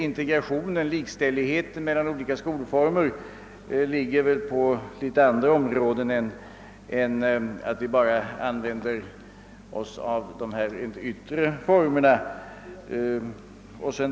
Integrationen, likställigheten mellan olika skolformer, ligger väl på litet andra områ den än enbart dessa yttre former.